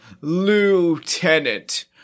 Lieutenant